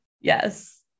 Yes